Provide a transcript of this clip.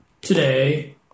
today